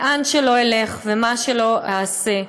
לאן שלא אלך ומה שלא אעשה,